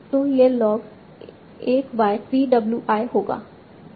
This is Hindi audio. तो यह log 1 by p w i होगा